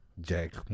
Jack